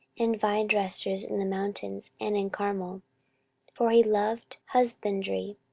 and vine dressers in the mountains, and in carmel for he loved husbandry.